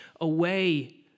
away